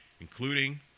including